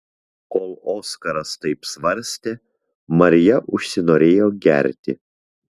kol oskaras taip svarstė marija užsinorėjo gerti